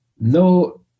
no